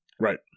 Right